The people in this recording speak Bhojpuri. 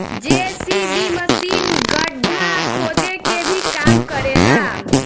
जे.सी.बी मशीन गड्ढा खोदे के भी काम करे ला